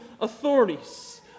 authorities